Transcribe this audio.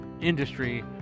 industry